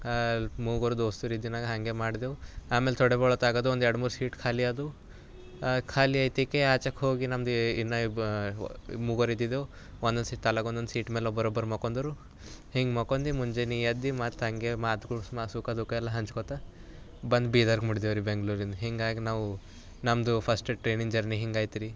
ಮೂವರು ದೋಸ್ತರು ಇದ್ದಿದಾಗ ಹಂಗೆ ಮಾಡ್ದೆವು ಅಮೇಲೆ ಥೊಡೆ ಭಾಳೊತ್ತಾಗದು ಒಂದು ಎರ್ಡು ಮೂರು ಸೀಟ್ ಖಾಲಿ ಆದವು ಆ ಖಾಲಿ ಆಯ್ತಿಕೆ ಆಚೆಗೆ ಹೋಗಿ ನಮ್ಮದು ಇನ್ನೂ ಇಬ್ಬ ಮೂವರು ಇದ್ದಿದ್ದೇವು ಒಂದೊಂದು ಸಿತ ಅಲಗ ಒಂದೊಂದು ಸೀಟ್ ಮೇಲೆ ಒಬ್ಬರು ಒಬ್ಬರು ಮಲ್ಕೊಂಡರು ಹಿಂಗೆ ಮಲ್ಕೊಂಡು ಮುಂಜಾನೆ ಎದ್ದು ಮತ್ತೆ ಹಂಗೆ ಮಾತುಗಳು ಮಾ ಸುಖ ದುಃಖ ಎಲ್ಲ ಹಂಚ್ಕೋಳ್ತ ಬಂದು ಬೀದರ್ಗೆ ಮುಟ್ದೆವು ರೀ ಬೆಂಗಳೂರಿಂದ ಹಿಂಗಾಗಿ ನಾವು ನಮ್ದು ಫಸ್ಟ್ ಟ್ರೈನಿನ ಜರ್ನಿ ಹಿಂಗಾಯ್ತು ರೀ